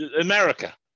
America